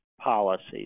policies